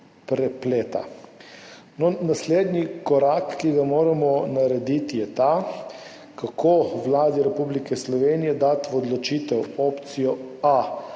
prepleta. Naslednji korak, ki ga moramo narediti, je ta, kako Vladi Republike Slovenije dati v odločitev opcijo A,